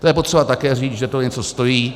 To je potřeba také říct, že to něco stojí.